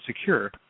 secure